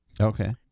Okay